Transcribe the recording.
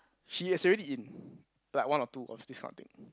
she is already in like one or two of this kind of thing